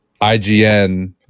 IGN